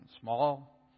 Small